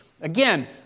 Again